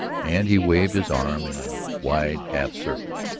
and he waved his arm in a wide half circle,